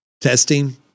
testing